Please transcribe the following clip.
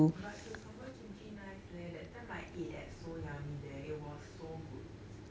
but cucumber kimchi nice leh that time I ate at seoul yummy there it was so good